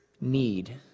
need